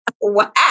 Wow